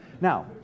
Now